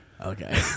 Okay